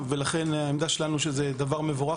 והעמדה שלנו היא שזה דבר מבורך.